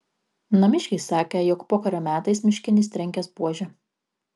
namiškiai sakė jog pokario metais miškinis trenkęs buože